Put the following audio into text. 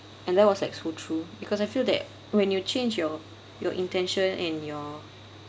and that was like so true because I feel that when you change your your intention and your